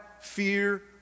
fear